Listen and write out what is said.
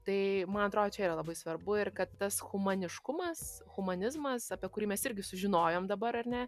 tai man atrodo čia yra labai svarbu ir kad tas humaniškumas humanizmas apie kurį mes irgi sužinojom dabar ar ne